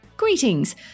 Greetings